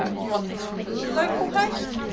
run this from localhost.